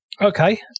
Okay